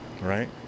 right